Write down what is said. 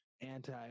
anti